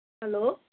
hello